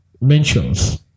mentions